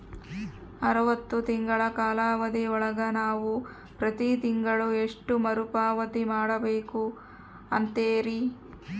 ಅರವತ್ತು ತಿಂಗಳ ಕಾಲಾವಧಿ ಒಳಗ ನಾವು ಪ್ರತಿ ತಿಂಗಳು ಎಷ್ಟು ಮರುಪಾವತಿ ಮಾಡಬೇಕು ಅಂತೇರಿ?